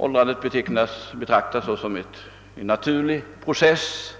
Åldrandet betraktas såsom en naturlig process,